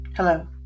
Hello